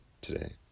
today